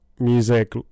music